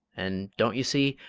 and, don't you see,